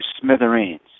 smithereens